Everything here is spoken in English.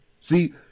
See